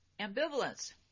ambivalence